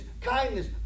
kindness